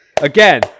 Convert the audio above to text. again